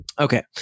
Okay